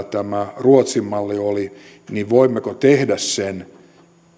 tämä ruotsin malli oli voimmeko tehdä sen